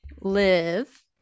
live